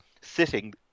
sitting